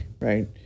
right